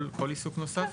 כל עיסוק נוסף?